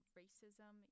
racism